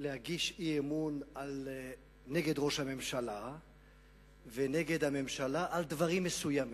להגיש אי-אמון נגד ראש הממשלה ונגד הממשלה על דברים מסוימים,